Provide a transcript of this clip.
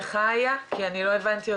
אני רוצה לעבור בינתיים,